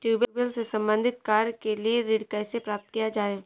Tubewell से संबंधित कार्य के लिए ऋण कैसे प्राप्त किया जाए?